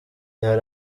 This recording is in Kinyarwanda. hari